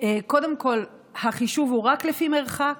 קודם כול החישוב הוא רק לפי מרחק,